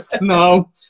No